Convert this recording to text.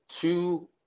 two